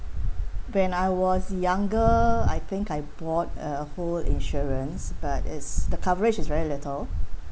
when I was younger I think I bought a whole insurance but the coverage is very little